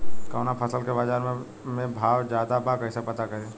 कवना फसल के बाजार में भाव ज्यादा बा कैसे पता करि?